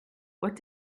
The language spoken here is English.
what